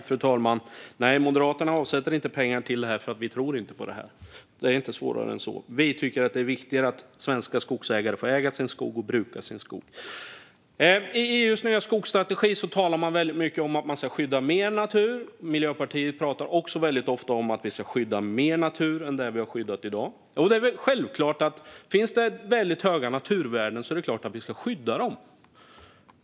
Fru talman! Nej, Moderaterna avsätter inte pengar till det här, för vi tror inte på det. Det är inte svårare än så. Vi tycker att det är viktigare att svenska skogsägare får äga och bruka sin skog. I EU:s nya skogsstrategi talar man väldigt mycket om att man ska skydda mer natur. Miljöpartiet pratar också väldigt ofta om att vi ska skydda mer natur än i dag. Och finns det väldigt höga naturvärden är det självklart att vi ska skydda dem.